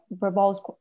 revolves